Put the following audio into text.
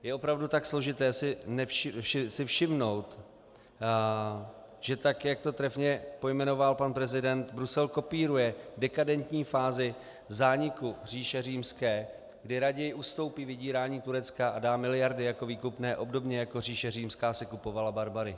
Je opravdu tak složité si všimnout, že tak, jak to trefně pojmenoval pan prezident, Brusel kopíruje dekadentní fázi zániku říše Římské, kdy raději ustoupí vydírání Turecka a dá miliardy jako výkupné obdobně jako říše Římská si kupovala barbary?